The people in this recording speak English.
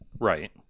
Right